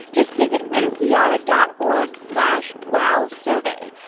just visit npr dot org slash wowsurvey.